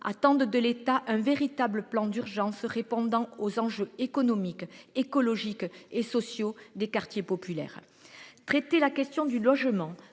attendent de l'État un véritable plan d'urgence répondant aux enjeux économiques, écologiques et sociaux des quartiers populaires. Traiter la question du logement